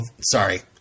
sorry